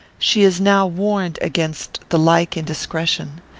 she is now warned against the like indiscretion.